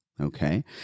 Okay